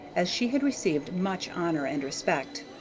as she had received much honor and respect.